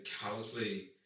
callously